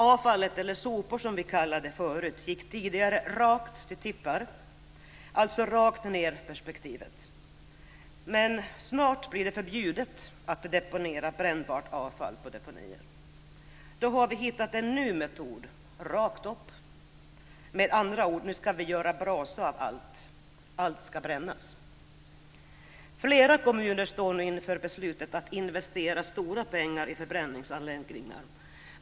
Avfallet - eller soporna, som vi förut sade - gick tidigare raka vägen till tippar, alltså rakt ned-perspektivet. Men snart blir det förbjudet att deponera brännbart avfall på deponier. Då har vi hittat en ny metod, rakt upp. Med andra ord: Nu ska vi göra brasa av allt; allt ska brännas. Flera kommuner står nu inför beslutet att investera stora pengar i förbränningsanläggningar.